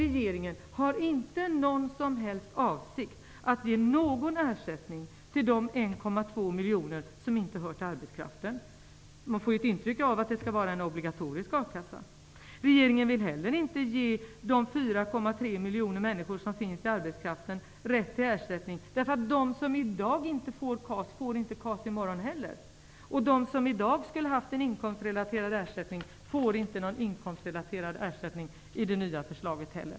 Regeringen har inte någon som helst avsikt att ge någon ersättning till de 1,2 miljoner människor som inte hör till arbetskraften. Man får ett intryck att det skall vara fråga om en obligatorisk a-kassa. Regeringen vill inte heller ge de 4,3 miljoner människor som finns i arbetskraften rätt till ersättning, dvs. de som i dag inte får KAS får inte KAS i morgon heller. De som i dag skulle ha haft en inkomstrelaterad ersättning får inte någon sådan i det nya förslaget.